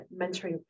mentoring